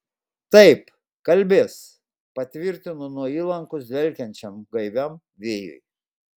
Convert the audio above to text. taip kalbės patvirtino nuo įlankos dvelkiančiam gaiviam vėjui